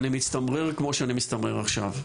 אני מצטמרר כמו שאני מצטמרר עכשיו.